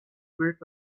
great